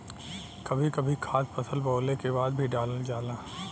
कभी कभी खाद फसल बोवले के बाद भी डालल जाला